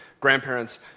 grandparents